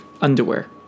Underwear